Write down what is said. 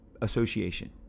association